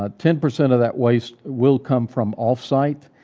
ah ten percent of that waste will come from off site,